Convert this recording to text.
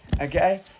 Okay